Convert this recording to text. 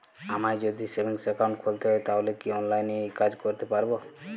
আমায় যদি savings account খুলতে হয় তাহলে কি অনলাইনে এই কাজ করতে পারবো?